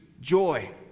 joy